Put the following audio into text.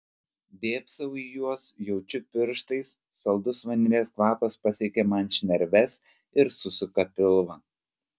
dėbsau į juos jaučiu pirštais saldus vanilės kvapas pasiekia man šnerves ir susuka pilvą